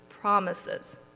promises